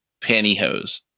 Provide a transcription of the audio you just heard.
pantyhose